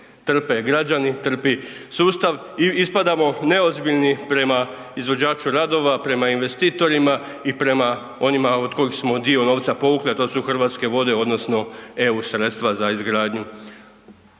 Trpe građani, trpi sustav, ispadamo neozbiljni prema izvođaču radova, prema investitorima i prema onima od kojih smo dio povukli a to su Hrvatske vode odnosno eu sredstva za izgradnju